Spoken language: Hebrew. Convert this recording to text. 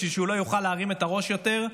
בשביל שהוא לא יוכל להרים את הראש יותר.